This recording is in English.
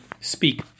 speak